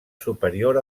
superior